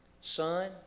Son